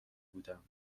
بودم